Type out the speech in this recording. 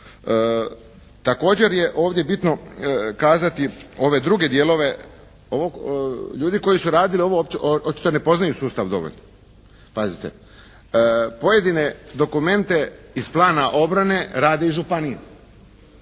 Također je ovdje bitno kazati ove druge dijelove, ljudi koji su radili ovo očito ne poznaju sustav dovoljno. Pazite pojedine dokumente iz plana obrane radi županija,